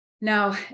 Now